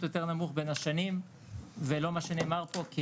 יותר נמוך בין השנים ולא מה שנאמר פה.